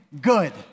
good